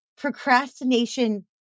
procrastination